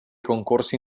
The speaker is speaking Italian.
concorsi